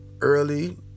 early